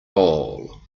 all